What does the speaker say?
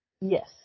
Yes